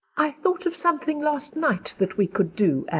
i thought of something last night that we could do,